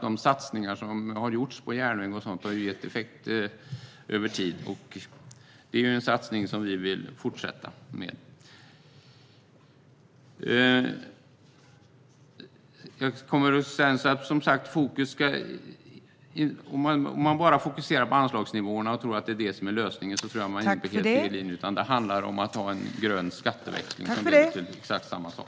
De satsningar som har gjorts på järnväg och sådant har gett effekter över tid. Det är en satsning som vi vill fortsätta med. Om man bara fokuserar på anslagsnivåerna och tror att det är det som är lösningen är man inne på helt fel linje. Det handlar om att ha en grön skatteväxling som leder till exakt samma sak.